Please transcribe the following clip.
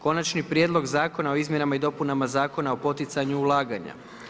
Konačni prijedlog Zakona o izmjenama i dopunama Zakona o poticanju ulaganja.